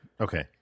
Okay